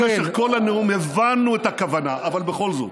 במשך כל הנאום, הבנו את הכוונה, אבל בכל זאת.